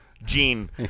Gene